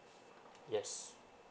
yes